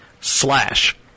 slash